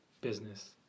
business